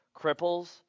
cripples